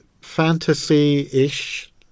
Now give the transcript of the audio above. fantasy-ish